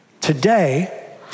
Today